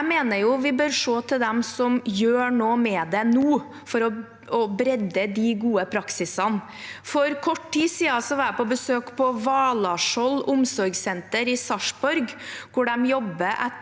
Jeg mener vi bør se til dem som gjør noe med det nå, for å bre ut de gode praksisene. For kort tid siden var jeg på besøk på Valaskjold omsorgssenter i Sarpsborg, hvor de jobber etter